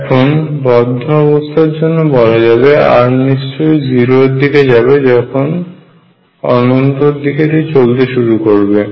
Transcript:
এখন বদ্ধ অবস্থার জন্য বলা যাবে R অবশ্যই 0 এর দিকে যাবে যখন অনন্তের দিকে এটি চলতে শুরু করবে